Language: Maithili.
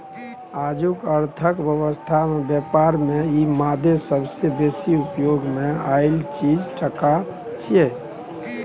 आजुक अर्थक व्यवस्था में ब्यापार में ई मादे सबसे बेसी उपयोग मे आएल चीज टका छिये